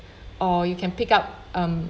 or you can pickup um